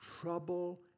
trouble